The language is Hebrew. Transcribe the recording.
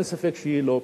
אין ספק שהיא לא פשוטה.